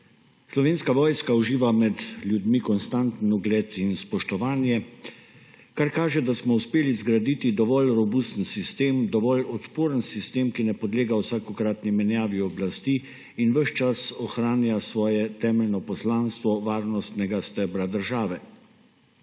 Slovenska vojska uživa med ljudmi konstanten ugled in spoštovanje, kar kaže, da smo uspeli zgraditi dovolj robusten sistem, dovolj odporen sistem, ki ne podlega vsakokratni menjavi oblasti in ves čas ohranja svoje temeljno poslanstvo varnostnega stebra države.